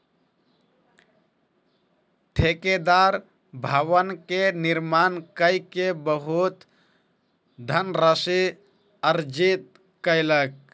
ठेकेदार भवन के निर्माण कय के बहुत धनराशि अर्जित कयलक